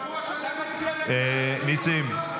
--- ניסים,